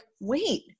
wait